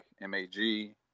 M-A-G